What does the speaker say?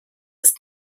ist